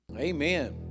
amen